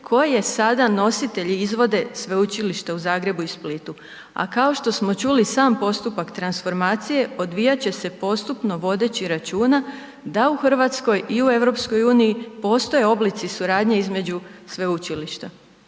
koje sada nositelji izvode Sveučilišta u Zagrebu i Splitu. A kao što smo čuli sam postupak transformacije odvijat će se postupno vodeći računa da u Hrvatskoj i EU postoje oblici suradnje između sveučilišta.